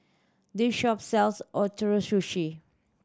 this shop sells Ootoro Sushi